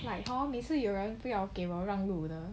like hor 每次有人不要给我让路的